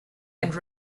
and